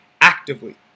Actively